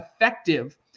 effective